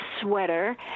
sweater